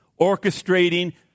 Orchestrating